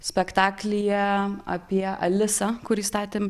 spektaklyje apie alisą kurį statėm